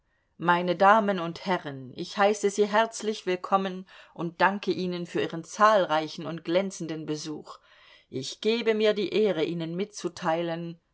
meine damen und herrn ich heiße sie herzlich willkommen und danke ihnen für ihren zahlreichen und glänzenden besuch ich gebe mir die ehre ihnen mitzuteilen